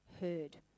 Heard